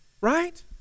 Right